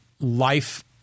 life